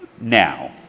Now